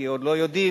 כי עוד לא יודעים